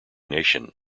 nation